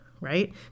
right